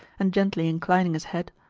and gently inclining his head,